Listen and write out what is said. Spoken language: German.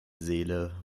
seele